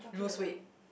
lose weight